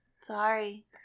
Sorry